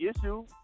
issue